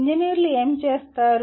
ఇంజనీర్లు ఏమి చేస్తారు